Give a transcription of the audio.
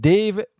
Dave